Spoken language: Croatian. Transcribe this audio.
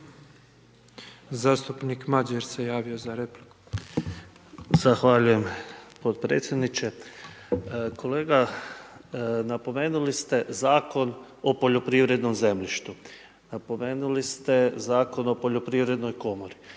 Zastupnik Madjer se javio za repliku. **Madjer, Mladen (HSS)** Zahvaljujem potpredsjedniče. Kolega, napomenuli ste Zakon o poljoprivrednom zemljištu. Napomenuli ste Zakon o Poljoprivrednoj komori.